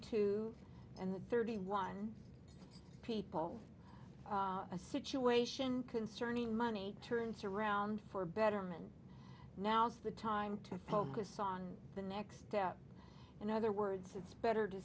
two and thirty one people a situation concerning money turns around for betterment now's the time to focus on the next step in other words it's better to